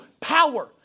power